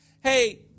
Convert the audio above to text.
Hey